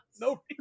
No